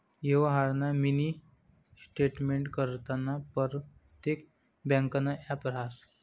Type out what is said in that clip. यवहारना मिनी स्टेटमेंटकरता परतेक ब्यांकनं ॲप रहास